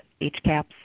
HCAPS